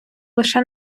лише